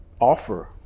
offer